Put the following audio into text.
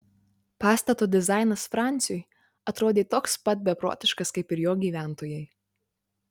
pastato dizainas franciui atrodė toks pat beprotiškas kaip ir jo gyventojai